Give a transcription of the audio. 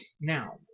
now